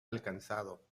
alcanzado